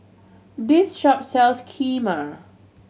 this shop sells Kheema